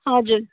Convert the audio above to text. हजुर